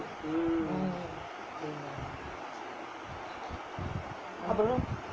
mm அப்ரோ:apro